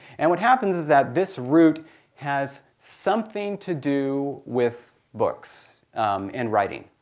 and what happens is that this root has something to do with books and writing.